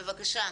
בבקשה.